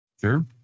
Sure